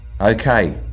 Okay